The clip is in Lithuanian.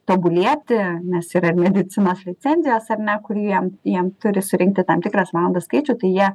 tobulėti nes yra ir medicinos licencijos ar ne kur jiem jiem turi surinkti tam tikras valandas skaičių tai jie